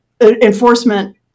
enforcement